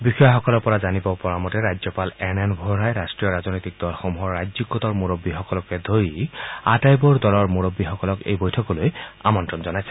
বিষয়াসকলৰ পৰা জানিব পৰা মতে ৰাজ্যপাল এন এন ভোহৰাই ৰাষ্ট্ৰীয় ৰাজনৈতিক দলসমূহৰ ৰাজ্যিক গোটৰ মূৰববীসকলকে ধৰি আটাইবোৰ দলৰ মুৰববীসকলক এই বৈঠকলৈ আমন্ত্ৰণ জনাইছে